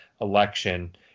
election